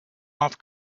off